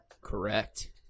Correct